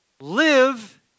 live